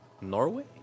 Norway